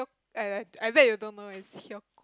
I I bet you don't know where is